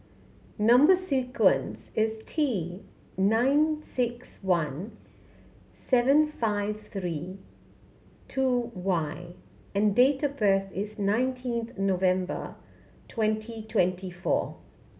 number sequence is T nine six one seven five three two Y and date of birth is nineteenth November twenty twenty four